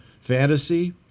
Fantasy